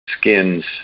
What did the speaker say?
skins